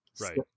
Right